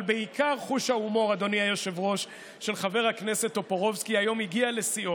אבל בעיקר חוש ההומור של חבר הכנסת טופורובסקי היום הגיע לשיאו,